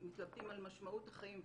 מתלבטים על משמעות החיים.